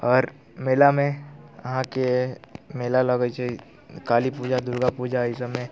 आओर मेलामे अहाँके मेला लगै छै काली पूजा दुर्गापूजा ई सभमे